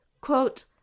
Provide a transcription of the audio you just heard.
Quote